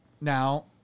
Now